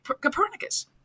Copernicus